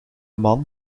man